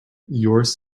yours